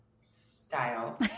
style